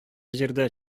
җирдә